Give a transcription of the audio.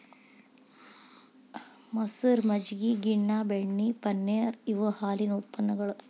ಮಸರ, ಮಜ್ಜಗಿ, ಗಿನ್ನಾ, ಬೆಣ್ಣಿ, ಪನ್ನೇರ ಇವ ಹಾಲಿನ ಉತ್ಪನ್ನಗಳು